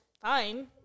fine